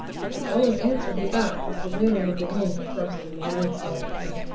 but the only answer he got was the wailing of the wind across the wide, salt fen.